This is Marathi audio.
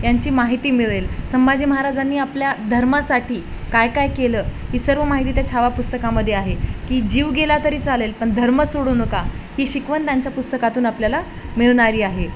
यांची माहिती मिळेल संभाजी महाराजांनी आपल्या धर्मासाठी काय काय केलं ही सर्व माहिती त्या छावा पुस्तकामध्ये आहे की जीव गेला तरी चालेल पण धर्म सोडू नका ही शिकवण त्यांच्या पुस्तकातून आपल्याला मिळणारी आहे